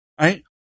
Right